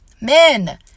Men